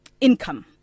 income